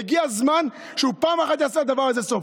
פעם אחת יעשה לדבר הזה סוף.